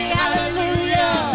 hallelujah